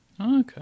Okay